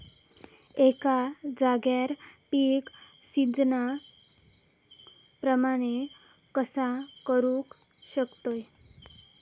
एका जाग्यार पीक सिजना प्रमाणे कसा करुक शकतय?